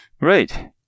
Right